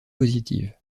positives